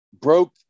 broke